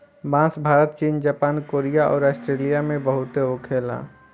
बांस भारत चीन Japan Korea अउर आस्ट्रेलिया में बहुते होखे ला